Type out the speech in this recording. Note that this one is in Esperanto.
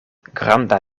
granda